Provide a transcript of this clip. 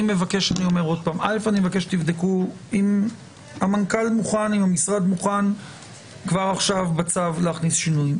אני מבקש שתבדקו אם המשרד מוכן כבר עכשיו בצו להכניס שינויים.